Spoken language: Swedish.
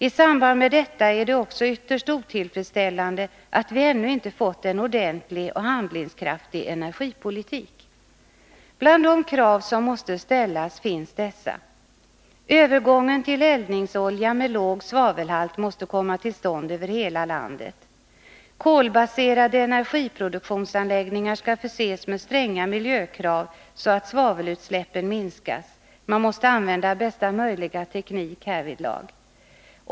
I samband med detta vill jag säga att det också är ytterst otillfredsställande att vi ännu inte fått en ordentlig och handlingskraftig energipolitik. Bland de krav som måste ställas finns dessa: Övergång till eldningsolja med låg svavelhalt måste komma till stånd över hela landet. För kolbaserade energiproduktionsanläggningar skall gälla stränga miljökrav, så att svavelutsläppen minskas. Man måste använda bästa möjliga teknik härvidlag.